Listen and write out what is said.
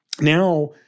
now